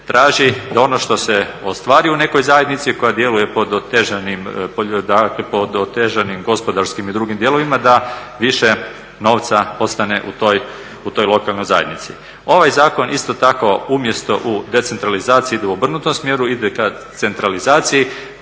traži da ono što se ostvari u nekoj zajednici koja djeluje pod otežanim gospodarskim i drugim dijelovima da više novca ostane u toj lokalnoj zajednici. Ovaj zakon isto tako umjesto u decentralizaciju ide u obrnutom smjeru, ide ka centralizaciji.